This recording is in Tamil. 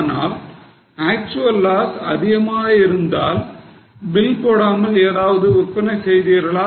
ஆனால் actual loss அதிகமாக இருந்தால் பில் போடாமல் ஏதாவது விற்பனை செய்தீர்களா